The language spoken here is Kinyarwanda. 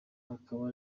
akaba